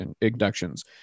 inductions